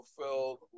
fulfilled